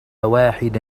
واحد